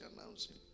announcing